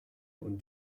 und